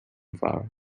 flowers